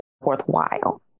worthwhile